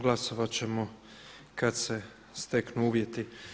Glasovat ćemo kad se steknu uvjeti.